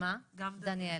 דניאל,